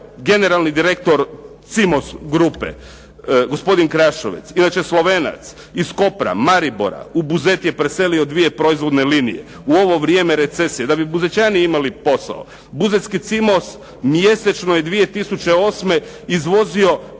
generalni direktor „Cimos“ grupe gospodin Krašovec inače Slovenac iz Kopra, Maribora u Buzet je preselio dvije proizvodne linije u ovo vrijeme recesije da bi Buzećani imali posao. Buzetski „Cimos“ mjesečno je 2008. izvozio